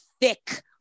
thick